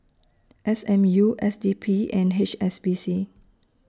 S M U S D P and H S B C